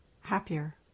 happier